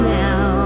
now